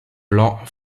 blanc